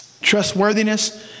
trustworthiness